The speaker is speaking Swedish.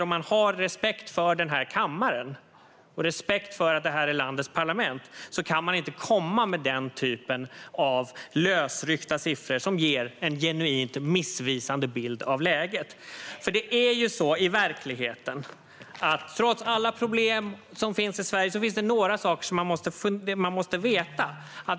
Om man har respekt för denna kammare och för att detta är landets parlament kan man inte komma med den typen av lösryckta siffror, som ger en genuint missvisande bild av läget. I verkligheten finns det några saker man måste veta, trots alla problem som finns i Sverige.